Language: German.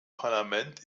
parlament